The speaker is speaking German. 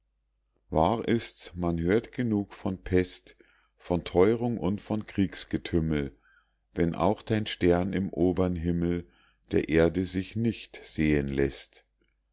wahr ist's man hört genug von pest von theurung und von kriegsgetümmel wenn auch dein stern im obern himmel der erde sich nicht sehen läßt